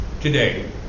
today